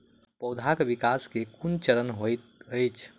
पौधाक विकास केँ केँ कुन चरण हएत अछि?